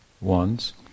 ones